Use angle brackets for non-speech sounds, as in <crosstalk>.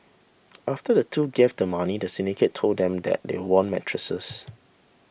<noise> after the two gave the money the syndicate told them that they won mattresses